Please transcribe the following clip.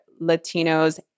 Latinos